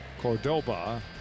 Cordoba